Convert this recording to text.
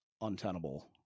untenable